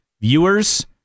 viewers